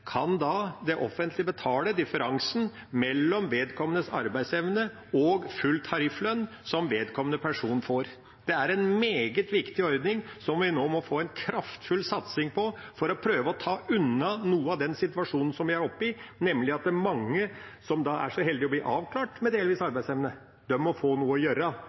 kan betale differansen mellom vedkommende persons arbeidsevne og full tarifflønn som vedkommende får. Det er en meget viktig ordning som vi nå må få en kraftfull satsing på for å prøve å ta unna noe av den situasjonen som vi er oppe i, nemlig at mange som er så heldige å bli avklart med delvis arbeidsevne, må få noe å gjøre.